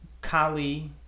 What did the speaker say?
Kali